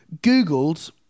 Googled